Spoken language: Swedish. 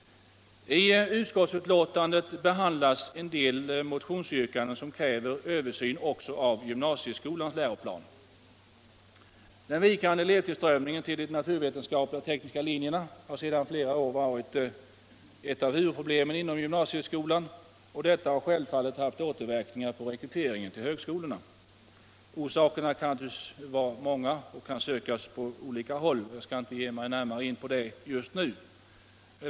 I utskottsbetänkandet behandlas en del motionsyrkanden som kräver översyn också av gymnasieskolans läroplan. Den vikande elevtillströmningen till de naturvetenskapliga och tekniska linjerna har sedan flera år tillbaka varit ett av huvudproblemen inom gymnasieskolan. Detta har självfallet haft återverkningar på rekryteringen till högskolorna. Orsakerna kan vara många och kan nog sökas på olika håll. Jag skall inte just nu närmare gå in på detta.